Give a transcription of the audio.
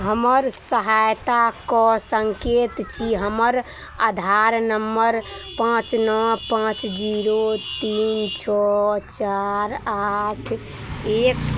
हमर सहायता कऽ सकैत छी हमर आधार नम्बर पाँच नओ पाँच जीरो तीन छओ चारि आठ एक